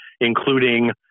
including